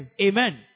Amen